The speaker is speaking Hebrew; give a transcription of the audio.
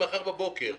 ממחר בבוקר.